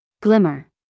Glimmer